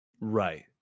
Right